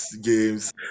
games